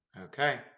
Okay